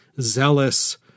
zealous